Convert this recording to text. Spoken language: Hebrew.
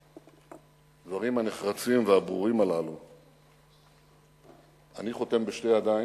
על הדברים הנחרצים והברורים הללו אני חותם בשתי ידיים,